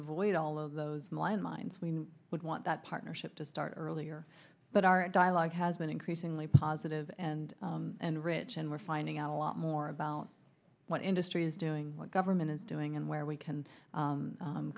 avoid all of those malign minds we would want that partnership to start earlier but our dialogue has been increasingly positive and and rich and we're finding out a lot more about what industry is doing what government is doing and where we can